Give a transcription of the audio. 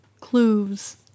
clues